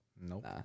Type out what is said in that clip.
nope